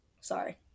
Sorry